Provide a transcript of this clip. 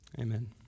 Amen